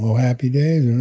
happy days, and